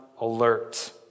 alert